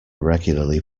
regularly